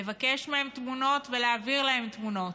לבקש מהם תמונות ולהעביר להם תמונות,